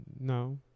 no